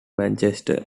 manchester